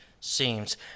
seems